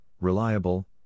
reliable